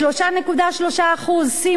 3.3%, שימו לב.